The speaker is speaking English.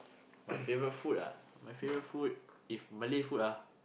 my favourite food lah my favourite if Malay food